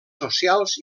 socials